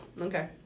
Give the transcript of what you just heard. Okay